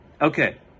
Okay